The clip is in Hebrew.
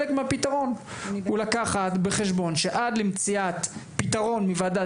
חלק מהפתרון הוא לקחת בחשבון שעד למציאת פתרון מוועדת